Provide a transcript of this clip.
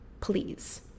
please